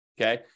okay